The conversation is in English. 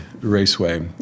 Raceway